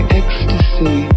ecstasy